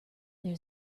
there